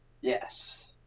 Yes